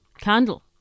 candle